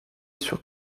sur